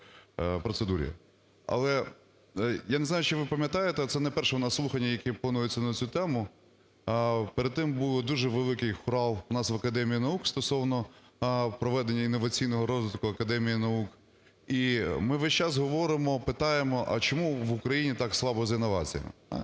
Але, я не знаю, чи ви пам'ятаєте, а це не перше у нас слухання, яке пропонується на цю тему. Перед тим був дуже великий "хорал" у нас в академії наук стосовно проведення інноваційного розвитку академії наук. І ми весь час говоримо, питаємо, а чому в Україні так слабо з інноваціями?